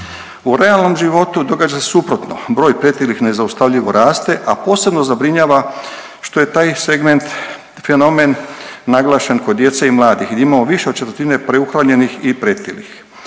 U realnom životu događa se suprotno, broj pretilih nezaustavljivo raste, a posebno zabrinjava što je taj segment fenomen naglašen kod djece i mladih jer imamo više od četvrtine preuhranjenih i pretilih.